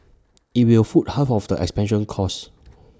IT will foot half of the expansion costs